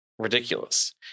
Ridiculous